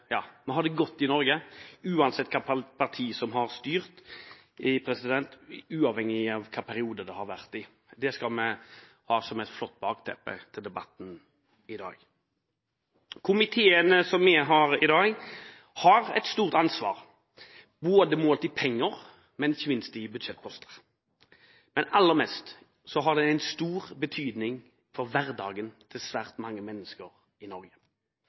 godt i Norge, uansett hvilket parti som har styrt, uavhengig av hvilken periode det har vært i. Det skal vi ha som et flott bakteppe til debatten i dag. Komiteen som er her i dag har et stort ansvar, både målt i penger og ikke minst i budsjettposter, men aller mest har den stor betydning for hverdagen til svært mange mennesker i Norge.